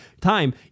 time